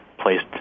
placed